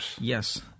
Yes